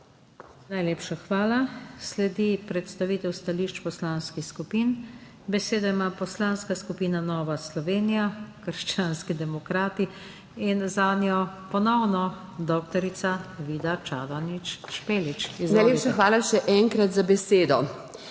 Najlepša hvala. Sledi predstavitev stališč poslanskih skupin. Besedo ima Poslanska skupina Nova Slovenija – krščanski demokrati in zanjo ponovno dr. Vida Čadonič Špelič. Izvolite.